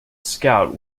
scout